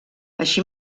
així